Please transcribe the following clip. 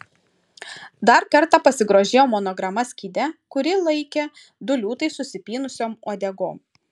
dar kartą pasigrožėjo monograma skyde kurį laikė du liūtai susipynusiom uodegom